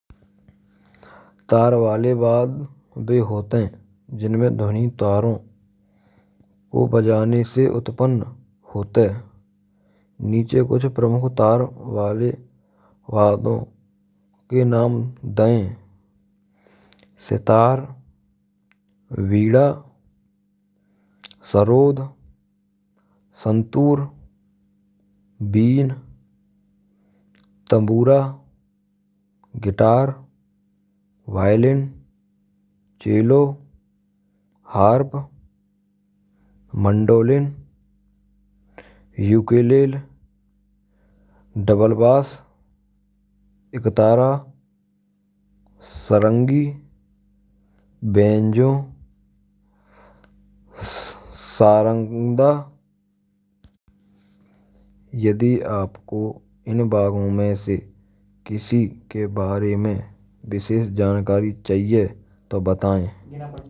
Taar vaale bagh bhee hote hay. Jinamen dhvani taaron ko bajane se utpann hote. Niche kuch pramukh taar vaale vaadon ke naam daye. Sitaar, veedha, sarodh, santoor, bheen, tambura, guitar, vahelin, chelo harp, mandolin, ukelil, double bass, ek tara sarangi, benzo, sarangda. Yadi apko in bhago mai se kisi ke bare mai vishesh jankari chahiye to btaye?